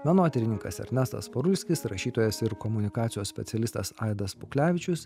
menotyrininkas ernestas parulskis rašytojas ir komunikacijos specialistas aidas puklevičius